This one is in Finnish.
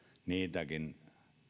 niitäkin